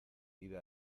vive